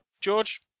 George